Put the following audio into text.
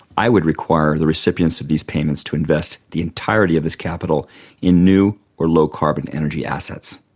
i would require the recipients of these payments to invest the entirety of this capital in new or low carbon energy assets.